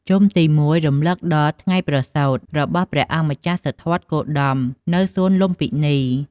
ជុំទី ១ រំលឹកដល់ ថ្ងៃប្រសូត របស់ព្រះអង្គម្ចាស់សិទ្ធត្ថគោតមនៅសួនលុម្ពិនី។